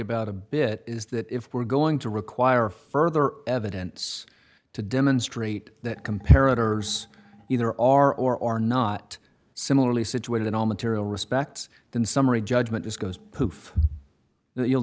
about a bit is that if we're going to require further evidence to demonstrate that comparative either are or are not similarly situated in all material respects then summary judgment is goes poof you'll